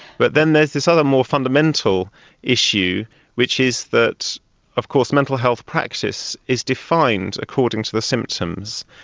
but then there's this other more fundamental issue which is that of course mental health practice is defined according to the symptoms,